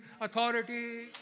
authority